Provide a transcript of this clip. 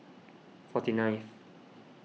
forty ninth